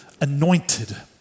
Anointed